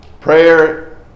Prayer